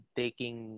taking